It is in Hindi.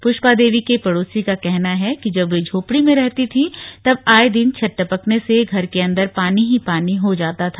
पुष्पा देवी के पड़ोसी का कहना है कि जब वे झोपड़ी में रहती थीं तब आए दिन छत टपकने से घर के अंदर पानी ही पानी हो जाता था